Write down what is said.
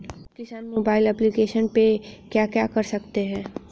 किसान mobile application पे क्या क्या कर सकते हैं?